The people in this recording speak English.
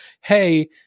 Hey